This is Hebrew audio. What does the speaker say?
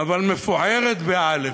אבל מפוערת באל"ף,